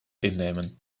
innemen